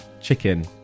chicken